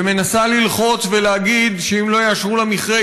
ומנסה ללחוץ ולהגיד שאם לא יאשרו לה מכרה,